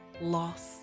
loss